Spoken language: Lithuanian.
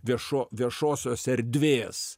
viešo viešosios erdvės